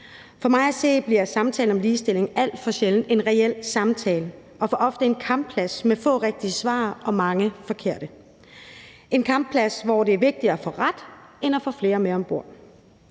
For mig at se bliver samtalen om ligestilling alt for sjældent en reel samtale og for ofte en kampplads med få rigtige svar og mange forkerte – en kampplads, hvor det er vigtigere at få ret end at få flere med om bord.